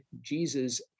Jesus